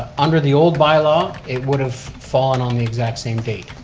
ah under the old by-law, it would have fallen on the exact same date,